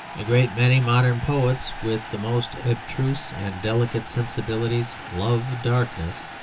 a great many modern poets, with the most abstruse and delicate sensibilities, love darkness,